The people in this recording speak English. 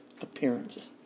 appearances